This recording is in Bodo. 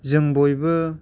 जों बयबो